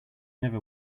never